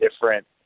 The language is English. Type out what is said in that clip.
different